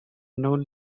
known